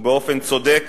ובאופן צודק,